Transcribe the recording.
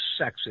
sexist